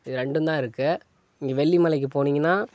இது ரெண்டுந்தான் இருக்கு இங்கே வெள்ளி மலைக்கு போனீங்கன்னா